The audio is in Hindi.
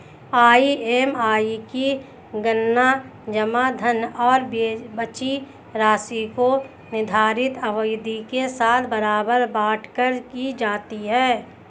ई.एम.आई की गणना जमा धन और बची राशि को निर्धारित अवधि के साथ बराबर बाँट कर की जाती है